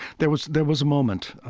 there was there was a moment,